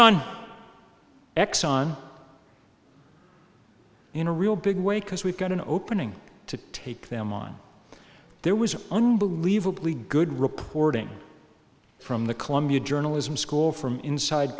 on exxon in a real big way because we've got an opening to take them on there was unbelievably good reporting from the columbia journalism school from inside